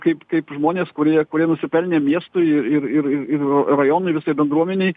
kaip kaip žmonės kurie kurie nusipelnę miestui ir ir ir ir rajonui visai bendruomenei